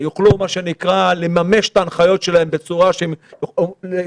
ויוכלו לממש את ההנחיות שלהן בצורה שהן יוכלו